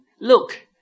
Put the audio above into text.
Look